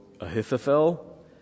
Ahithophel